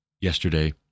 yesterday